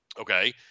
okay